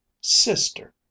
sister